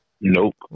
Nope